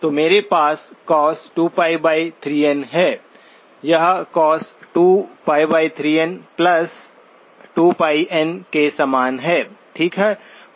तो मेरे पास cos2π3n है यह cos2π3n 2πn के समान है ठीक है